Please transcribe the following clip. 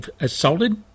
assaulted